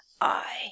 I